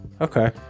Okay